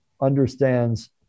understands